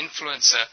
influencer